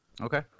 Okay